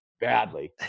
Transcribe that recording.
badly